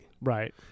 Right